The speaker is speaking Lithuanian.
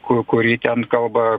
kur kurį ten kalba